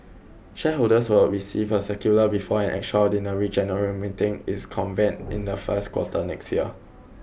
shareholders will receive a circular before an extraordinary general meeting is convened in the first quarter next year